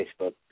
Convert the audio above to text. Facebook